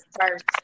first